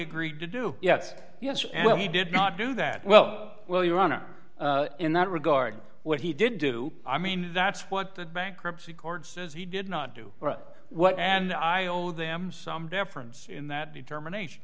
agreed to do yes yes well he did not do that well well your honor in that regard what he did do i mean that's what the bankruptcy court says he did not do what and i owe them some deference in that determination